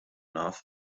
naf